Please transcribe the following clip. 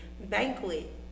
banquet